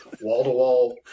wall-to-wall